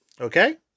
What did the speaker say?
Okay